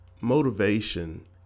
motivation